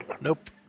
Nope